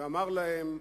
ואמר להם: